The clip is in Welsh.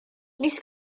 nis